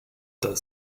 does